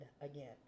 again